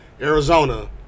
Arizona